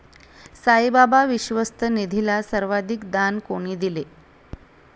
साईबाबा विश्वस्त निधीला सर्वाधिक दान कोणी दिले?